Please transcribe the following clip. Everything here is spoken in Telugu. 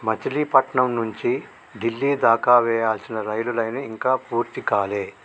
మచిలీపట్నం నుంచి డిల్లీ దాకా వేయాల్సిన రైలు లైను ఇంకా పూర్తి కాలే